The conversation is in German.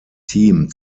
team